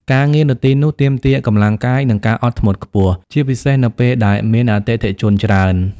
ការងារនៅទីនោះទាមទារកម្លាំងកាយ និងការអត់ធ្មត់ខ្ពស់ ជាពិសេសនៅពេលដែលមានអតិថិជនច្រើន។